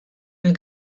mill